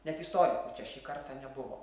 net istorikų čia šį kartą nebuvo